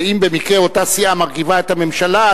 ואם במקרה אותה סיעה מרכיבה את הממשלה,